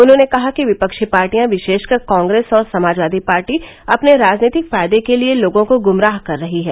उन्होंने कहा कि विपक्षी पार्टियां विशेषकर कांग्रेस और समाजवादी पार्टी अपने राजनीतिक फायदे के लिए लोगों को गुमराह कर रही हैं